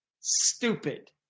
Stupid